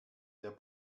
der